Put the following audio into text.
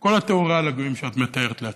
וכל תיאור רע של הגויים שאת מתארת לעצמך.